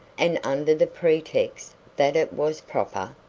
and under the pretext that it was proper?